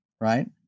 Right